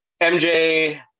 MJ